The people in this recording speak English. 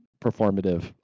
performative